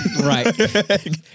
Right